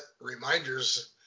reminders